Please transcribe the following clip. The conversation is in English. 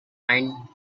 pine